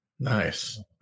Nice